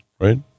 Right